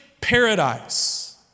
paradise